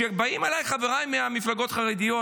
באים אלי חבריי מהמפלגות החרדיות,